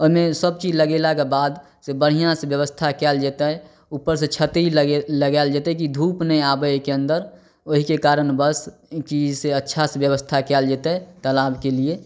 ओहिमे सबचीज लगेलाके बादसे बढ़िआँसे बेबस्था कएल जेतै उपरसे छतरी लगै लगाएल जेतै कि धूप नहि आबै एहिके अन्दर ओहिके कारणवश कि से अच्छासे बेबस्था कएल जेतै तलाबके लिए